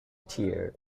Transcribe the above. tear